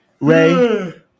Ray